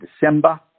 December